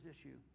issue